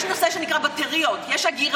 יש את הנושא שנקרא בטריות, יש אגירה.